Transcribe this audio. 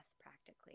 practically